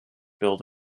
build